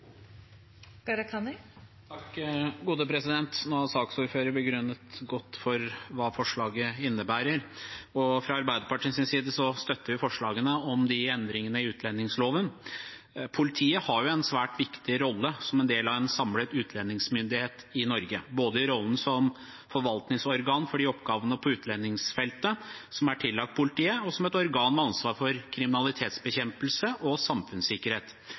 Nå har saksordfører redegjort godt for hva forslagene innebærer. Fra Arbeiderpartiets side støtter vi forslagene om endringene i utlendingsloven. Politiet har en svært viktig rolle som en del av en samlet utlendingsmyndighet i Norge, både i rollen som forvaltningsorgan for oppgavene på utlendingsfeltet som er tillagt politiet, og som organ med ansvar for kriminalitetsbekjempelse og samfunnssikkerhet.